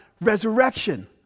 resurrection